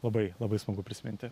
labai labai smagu prisiminti